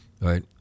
right